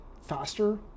faster